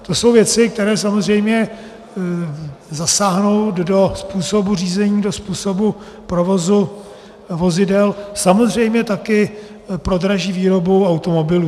To jsou věci, které samozřejmě zasáhnou do způsobu řízení, do způsobu provozu vozidel a samozřejmě taky prodraží výrobu automobilů.